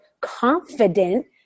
confident